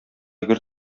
гер